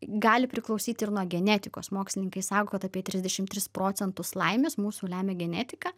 gali priklausyti ir nuo genetikos mokslininkai sak kad apie trisdešim trys procentus laimės mūsų lemia genetika